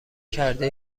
کرده